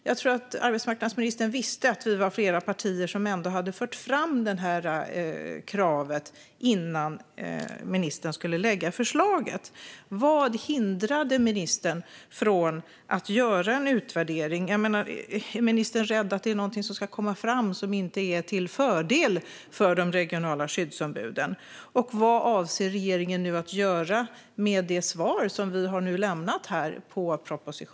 Jag tror att arbetsmarknadsministern visste att vi var flera partier som hade fört fram detta krav innan ministern skulle lägga fram förslaget. Vad hindrade ministern från att göra en utvärdering? Är ministern rädd att någonting ska komma fram som inte är till fördel för de regionala skyddsombuden? Och vad avser regeringen att göra med det svar på propositionen som vi nu har lämnat?